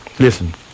Listen